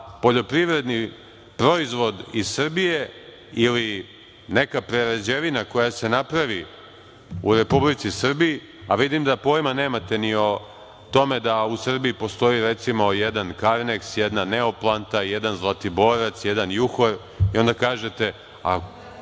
poljoprivredni proizvod iz Srbije, ili neka prerađevina koja se napravi u Republici Srbiji, a vidim da pojma nemate da u Srbiji postoji recimo jedan „Karneks“, „Neoplanta“, „Zlatiborac“, „Juhor“ i onda kažete,